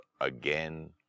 again